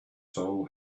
soul